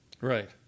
Right